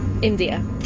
India